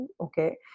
Okay